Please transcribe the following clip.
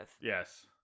Yes